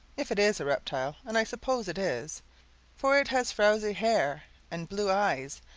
if it is a reptile, and i suppose it is for it has frowzy hair and blue eyes,